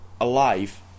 alive